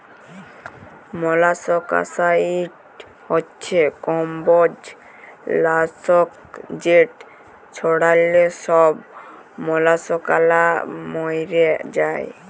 molluscicide হছে কমবজ লাসক যেট ছড়াল্যে ছব মলাসকালা ম্যইরে যায়